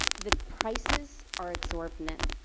the prices are exorbitant.